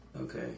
Okay